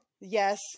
Yes